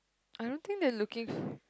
I don't think they're looking